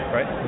Right